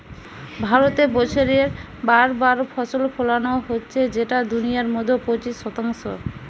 ভারতে বছরে চার বার ফসল ফোলানো হচ্ছে যেটা দুনিয়ার মধ্যে পঁচিশ শতাংশ